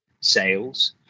sales